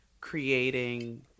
creating